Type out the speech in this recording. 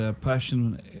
passion